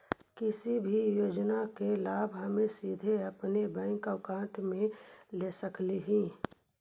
किसी भी योजना का लाभ हम सीधे अपने बैंक अकाउंट में ले सकली ही?